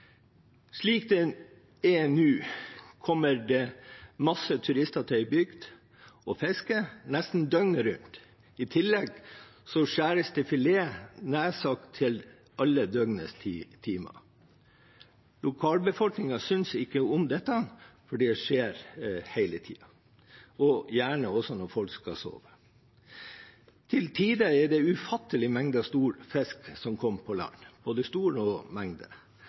Slik det er nå, kommer det mange turister til en bygd og fisker nesten døgnet rundt. I tillegg skjæres det filet nær sagt til alle døgnets tider. Lokalbefolkningen synes ikke om dette fordi det skjer hele tiden, og gjerne også når folk skal sove. Til tider er det ufattelige mengder stor fisk som kommer på land. Og